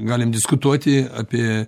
galim diskutuoti apie